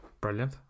Brilliant